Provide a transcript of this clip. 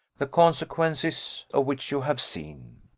the consequences of which you have seen.